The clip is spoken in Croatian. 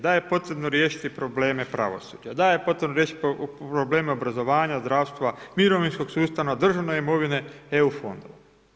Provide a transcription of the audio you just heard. Da je potrebno riješiti probleme pravosuđa, da je potrebno riješiti probleme obrazovanja, zdravstva, mirovinskog sustava, državne imovine, EU fondova.